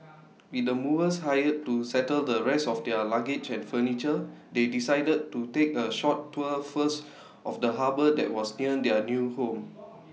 with the movers hired to settle the rest of their luggage and furniture they decided to take A short tour first of the harbour that was near their new home